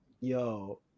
Yo